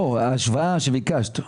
לא, ההשוואה שביקשת.